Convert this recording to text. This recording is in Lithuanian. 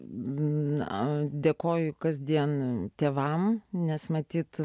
na dėkoju kasdien tėvam nes matyt